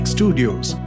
Studios